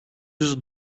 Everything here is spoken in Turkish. yüz